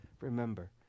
Remember